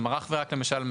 למשל,